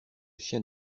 chien